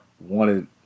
wanted